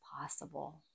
possible